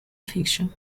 fiction